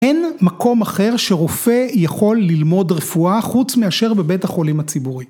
אין מקום אחר שרופא יכול ללמוד רפואה חוץ מאשר בבית החולים הציבורי.